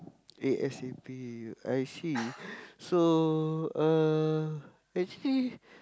A_S_A_P I see so uh actually